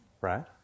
right